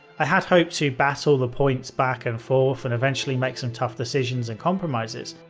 i had hoped to battle the points back and forth and eventually make some tough decisions and compromises.